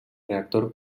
reactor